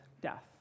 death